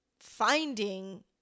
finding